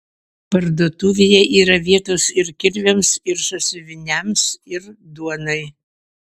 parduotuvėje yra vietos ir kirviams ir sąsiuviniams ir duonai